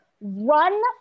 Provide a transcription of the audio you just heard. run